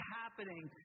happening